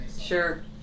Sure